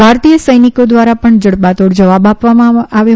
ભારતીય સૈનિકો દ્વારા પણ જડબાતોડ જવાબ આપવામાં આવ્યો